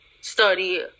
study